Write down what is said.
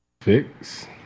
Fix